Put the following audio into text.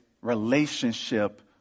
relationship